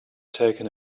taken